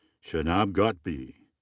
shabnam ghotbi.